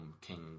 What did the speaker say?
king